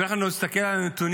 אם אנחנו נסתכל על הנתונים,